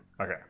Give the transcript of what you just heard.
Okay